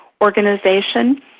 organization